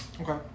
Okay